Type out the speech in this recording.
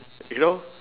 you know